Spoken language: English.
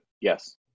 yes